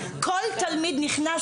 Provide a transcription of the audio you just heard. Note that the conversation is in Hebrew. כל תלמיד נכנס,